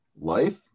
life